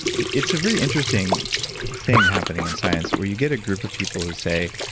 it's a very interesting thing happening in science, where you get a group of people who say,